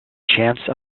chance